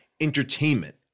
entertainment